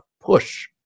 push